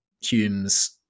Hume's